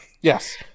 Yes